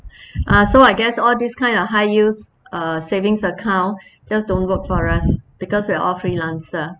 ah so I guess all these kind of high yield uh savings account just don't work for us because we're all freelancer